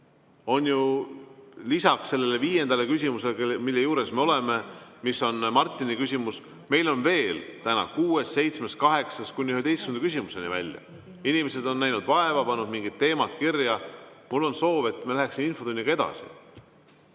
On ju lisaks sellele viiendale küsimusele, mille juures me oleme ja mis on Martini küsimus, veel täna kuues, seitsmes, kaheksas kuni 11. küsimuseni välja. Inimesed on näinud vaeva, pannud mingid teemad kirja ja mul on soov, et me läheksime infotunniga edasi.